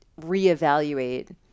reevaluate